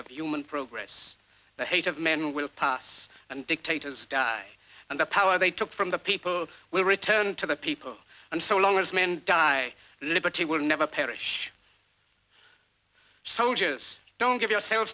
of human progress the hate of men will pass and dictators die and the power they took from the people will return to the people and so long as men die liberty will never perish soldiers don't give yoursel